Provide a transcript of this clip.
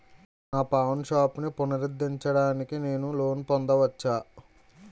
నా పాన్ షాప్ని పునరుద్ధరించడానికి నేను లోన్ పొందవచ్చా?